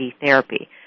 therapy